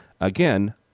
again